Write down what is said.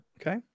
Okay